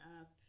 up